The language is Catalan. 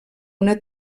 una